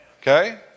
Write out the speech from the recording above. Okay